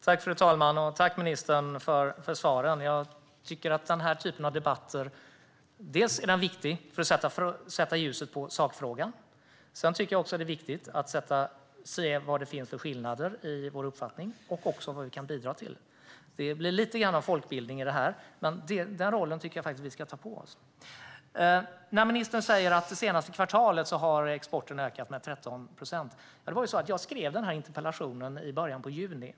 Fru ålderspresident! Tack, ministern, för svaren! Jag tycker att den här typen av debatt är viktig, dels för att sätta ljuset på sakfrågan, dels för att se vad det finns för skillnader i våra uppfattningar och också vad vi kan bidra till. Det blir lite grann av folkbildning här, men den rollen tycker jag faktiskt att vi ska ta på oss. Ministern säger att exporten det senaste kvartalet har ökat med 13 procent. Jag skrev den här interpellationen i början av juni.